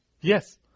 yes